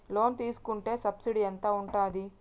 Loan తీసుకుంటే subsidy ఎంత ఉంటది?